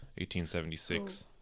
1876